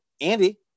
andy